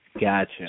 Gotcha